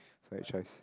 solid choice